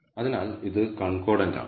അതിനാൽ ഇത് കൺകോർഡൻറ് ആണ്